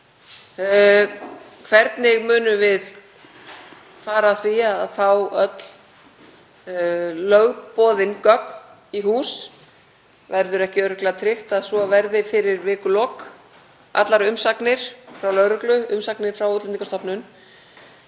Hvernig munum við fara að því að fá öll lögboðin gögn í hús? Verður ekki örugglega tryggt að svo verði fyrir vikulok, allar umsagnir frá lögreglu, umsagnir frá Útlendingastofnun